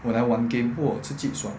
我来玩 game 不过我刺激爽